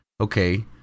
okay